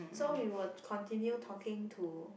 so we will continue talking to